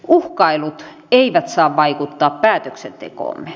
uhkailut eivät saa vaikuttaa päätöksentekoomme